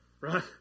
Right